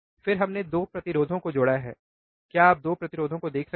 फिर हमने 2 प्रतिरोधों को जोड़ा है क्या आप 2 प्रतिरोधों को देख सकते हैं